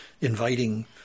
inviting